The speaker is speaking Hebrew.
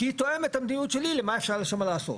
כי היא תואמת את המדיניות שלי למה אפשר שם לעשות.